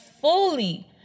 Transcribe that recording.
fully